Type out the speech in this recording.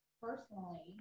personally